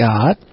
God